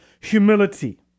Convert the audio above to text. Humility